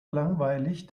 langweilig